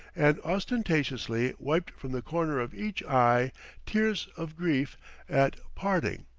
and ostentatiously wiped from the corner of each eye tears of grief at parting.